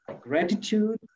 gratitude